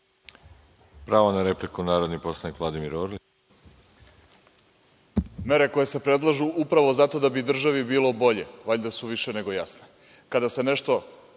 Pravo na repliku, narodni poslanik, Vladimir Orlić.